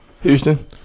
Houston